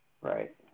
right